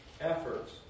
efforts